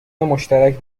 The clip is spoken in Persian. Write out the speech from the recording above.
مشترک